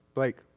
Blake